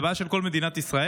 זאת בעיה של כל מדינת ישראל,